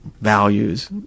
values